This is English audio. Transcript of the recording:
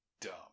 dumb